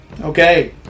Okay